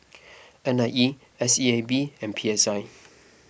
N I E S E A B and P S I